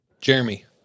Jeremy